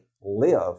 live